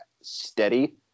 steady